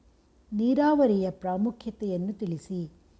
ನೀರಾವರಿಯ ಪ್ರಾಮುಖ್ಯತೆ ಯನ್ನು ತಿಳಿಸಿ?